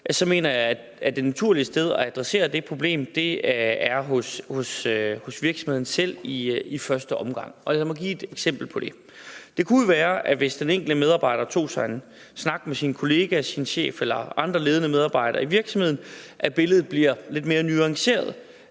så mener jeg, at det naturlige sted at adressere det problem er hos virksomheden selv i første omgang, og lad mig give et eksempel på det. Det kunne jo være, at billedet, hvis den enkelte medarbejder tog sig en snak med sin kollega, sin chef eller andre ledende medarbejdere i virksomheden, bliver lidt mere nuanceret